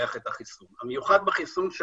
והפזה השלישית להשוות קבוצה אחת רנדומלית שתקבל חיסון,